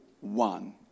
one